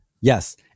Yes